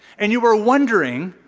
and you were wondering,